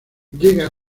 llega